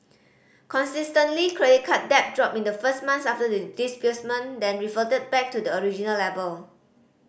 consistently credit card debt dropped in the first months after the disbursement then reverted back to the original level